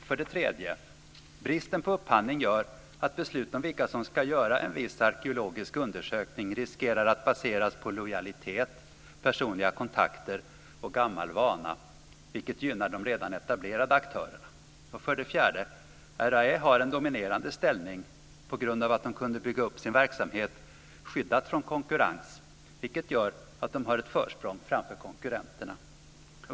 För det tredje gör bristen på upphandling att beslut om vilka som ska göra en viss arkeologisk undersökning riskerar att baseras på lojalitet, personliga kontakter och gammal vana, vilket gynnar de redan etablerade aktörerna. För det fjärde har RAÄ en dominerande ställning på grund av att de kunde bygga upp sin verksamhet skyddat från konkurrens, vilket gör att de har ett försprång framför konkurrenterna.